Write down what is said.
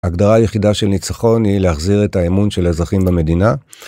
ההגדרה היחידה של ניצחון היא להחזיר את האמון של האזרחים במדינה.